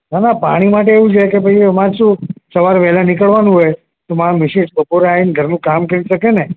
ના ના પાણી માટે એવું છે કે ભઈ અમારે શું સવારે વહેલાં નીકળવાનું હોય તો મારા મિસીસ બપોરે આવીને ઘરનું કામ કરી શકે ને